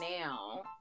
now